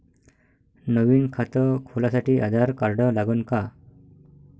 नवीन खात खोलासाठी आधार कार्ड लागन का?